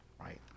Right